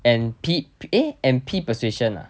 and peep eh and P persuasion ah